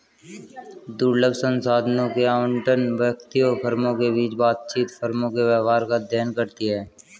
दुर्लभ संसाधनों के आवंटन, व्यक्तियों, फर्मों के बीच बातचीत, फर्मों के व्यवहार का अध्ययन करती है